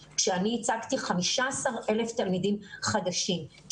הצגתי, כ-15,000 תלמידים חדשים.